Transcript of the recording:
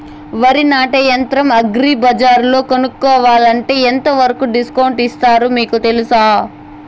వరి నాటే యంత్రం అగ్రి బజార్లో కొనుక్కోవాలంటే ఎంతవరకు డిస్కౌంట్ ఇస్తారు మీకు తెలుసా?